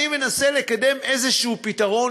אני מנסה לקדם איזשהו פתרון,